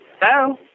Hello